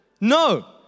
No